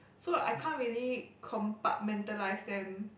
so I can't really compartmentalize them